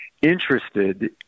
interested